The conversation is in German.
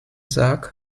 sarg